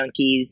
junkies